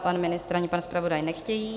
Pan ministr ani pan zpravodaj nechtějí.